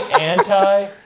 anti-